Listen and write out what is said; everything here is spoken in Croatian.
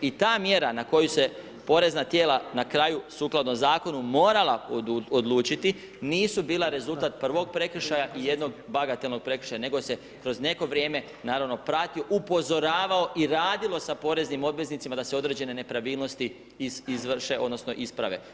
I ta mjera na koju se porezna tijela na kraju sukladno zakonu morala odlučiti nisu bila rezultat prvog prekršaja i jednog bagatelnog prekršaja nego se kroz neko vrijeme naravno pratio, upozoravalo i radilo sa poreznim obveznicama da se određene nepravilnosti izvrše odnosno isprave.